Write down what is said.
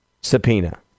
subpoena